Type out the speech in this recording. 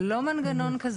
זה לא מנגנון כזה.